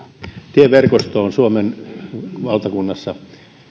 tieverkosto on suomen valtakunnassa